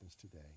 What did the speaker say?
today